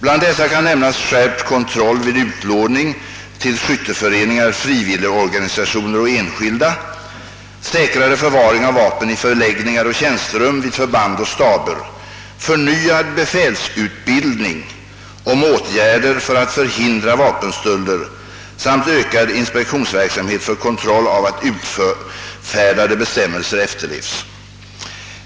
Bland dessa kan nämnas skärpt kontroll vid utlåning m.m. till skytteföreningar, frivilligorganisationer och enskilda, säkrare förvaring av vapen i förläggningar och tjänsterum vid förband och staber, förnyad befälsutbildning om åtgärder för att förhindra vapenstölder samt ökad inspektionsverksamhet för kontroll av att utfärdade bestämmelser efterlevs.